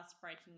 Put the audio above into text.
breaking